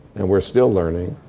and we're still learning.